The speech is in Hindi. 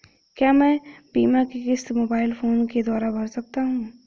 क्या मैं बीमा की किश्त मोबाइल फोन के द्वारा भर सकता हूं?